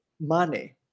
money